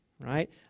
right